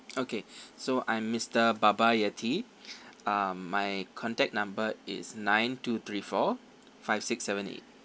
okay so I'm mister baba yeti um my contact number is nine two three four five six seven eight